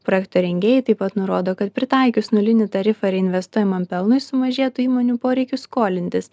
projekto rengėjai taip pat nurodo kad pritaikius nulinį tarifą reinvestuojamam pelnui sumažėtų įmonių poreikis skolintis